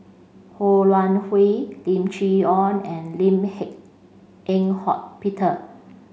Ho Wan Hui Lim Chee Onn and Lim Eng Hock Peter